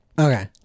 Okay